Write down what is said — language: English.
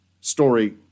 Story